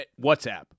WhatsApp